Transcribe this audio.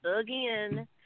again